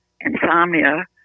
insomnia